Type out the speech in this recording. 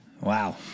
Wow